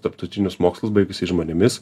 tarptautinius mokslus baigusiais žmonėmis